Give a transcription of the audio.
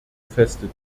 feste